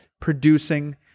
producing